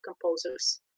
composers